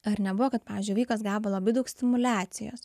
ar nebuvo kad pavyzdžiui vaikas gavo labai daug stimuliacijos